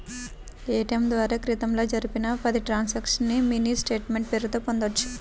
ATM ద్వారా క్రితంలో జరిపిన పది ట్రాన్సక్షన్స్ ని మినీ స్టేట్ మెంట్ పేరుతో పొందొచ్చు